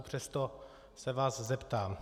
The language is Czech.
Přesto se vás zeptám.